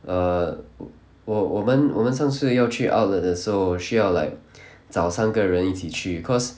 err 我我们我们上次要去 outlet 的时候需要 like 找三个人一起去 cause